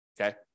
Okay